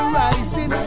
rising